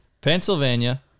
Pennsylvania